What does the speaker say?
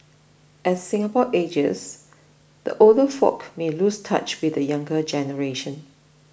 as Singapore ages the older folk may lose touch with the younger generation